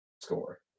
score